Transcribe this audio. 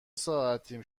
ساعتی